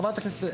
חברת הכנסת,